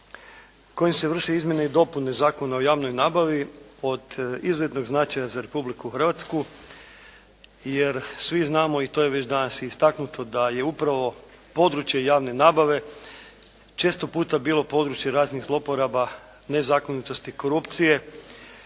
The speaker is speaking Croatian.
kojim se vrše izmjene i dopune Zakona o javnoj nabavi od izuzetnoj značaja za Republiku Hrvatsku jer svi znamo i to je već danas i istaknuto da je upravo područje javne nabave često puta bilo područje raznih zloporaba nezakonitosti korupcije